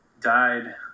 died